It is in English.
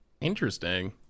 Interesting